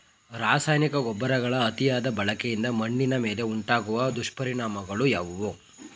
ರಾಸಾಯನಿಕ ಗೊಬ್ಬರಗಳ ಅತಿಯಾದ ಬಳಕೆಯಿಂದ ಮಣ್ಣಿನ ಮೇಲೆ ಉಂಟಾಗುವ ದುಷ್ಪರಿಣಾಮಗಳು ಯಾವುವು?